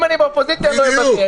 אם אני באופוזיציה, אני לא אוותר.